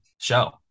show